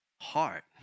heart